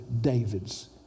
David's